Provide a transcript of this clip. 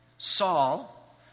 Saul